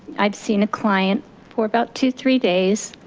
i've seen a client for about two, three days,